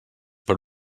per